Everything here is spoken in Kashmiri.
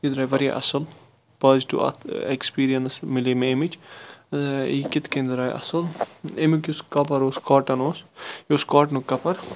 یہِ دراے واریاہ اصل پازٹِو اتھ ایٚکسپیٖریَنس مِلے مےٚ امِچ یہِ کِتھ کنۍ دراے اصل امیُک یُس کَپَر اوس کاٹَن اوس یہِ اوس کاٹنُک کَپَر